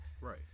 Right